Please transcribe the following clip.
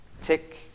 tick